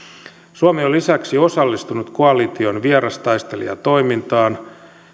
suomi on lisäksi osallistunut koalition vierastaistelijatoimintaan